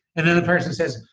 and then the person says,